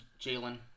Jalen